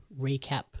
recap